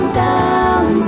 down